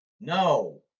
No